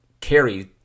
carry